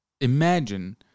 imagine